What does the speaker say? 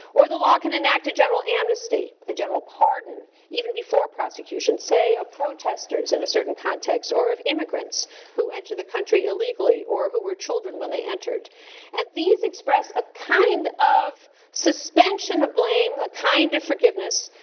or, the law can enact a general amnesty, a general pardon, even before prosecution say of protesters in and a certain context, or of immigrants who enter the country illegally, or who were children when they entered and these express a kind of suspension of blame, a kind of forgiveness,